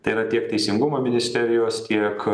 tai yra tiek teisingumo ministerijos tiek